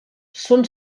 són